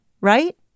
right